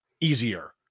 easier